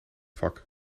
vak